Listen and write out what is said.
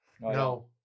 No